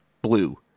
blue